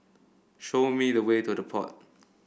show me the way to The Pod